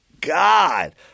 God